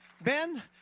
Ben